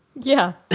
yeah